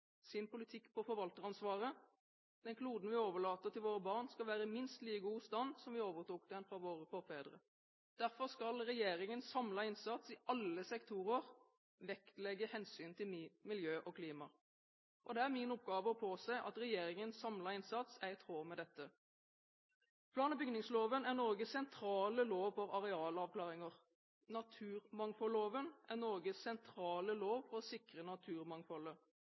sin politikk på forvalteransvaret: Den kloden vi overlater til våre barn, skal være i minst like god stand som da vi overtok den fra våre forfedre. Derfor skal regjeringens samlede innsats i alle sektorer vektlegge hensyn til miljø og klima. Det er min oppgave å påse at regjeringens samlede innsats er i tråd med dette. Plan- og bygningsloven er Norges sentrale lov for arealavklaringer. Naturmangfoldloven er Norges sentrale lov for å sikre naturmangfoldet.